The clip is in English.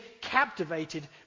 captivated